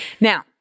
Now